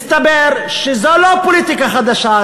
הסתבר שזו לא פוליטיקה חדשה.